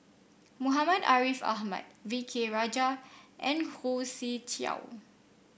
Muhammad Ariff Ahmad V K Rajah and Khoo Swee Chiow